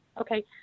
okay